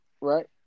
right